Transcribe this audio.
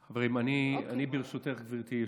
חברים, ברשותך, גברתי יושבת-הראש,